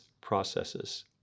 processes